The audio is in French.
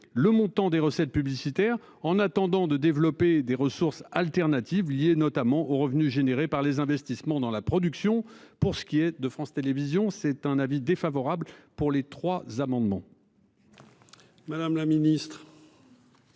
le montant des recettes publicitaires en attendant de développer des ressources alternatives liées notamment aux revenus générés par les investissements dans la production. Pour ce qui est de France Télévision, c'est un avis défavorable pour les trois amendements.